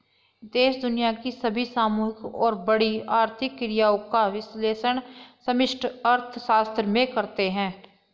देश दुनिया की सभी सामूहिक और बड़ी आर्थिक क्रियाओं का विश्लेषण समष्टि अर्थशास्त्र में करते हैं